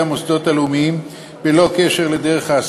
המוסדות הלאומיים בנוגע לזכות הבחירה,